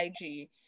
IG